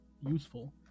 useful